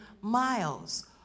miles